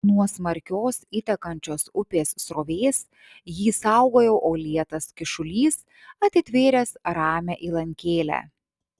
nuo smarkios įtekančios upės srovės jį saugojo uolėtas kyšulys atitvėręs ramią įlankėlę